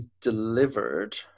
delivered